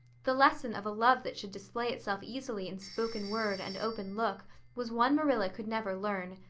the lesson of a love that should display itself easily in spoken word and open look was one marilla could never learn.